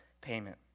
payment